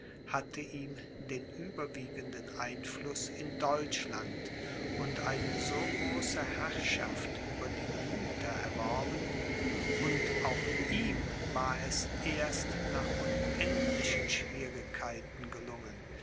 hatten ihm den überwiegenden einfluß in deutschland und eine so große herrschaft über die gemüther erworben und auch ihm war es erst nach unendlichen schwierigkeiten gelungen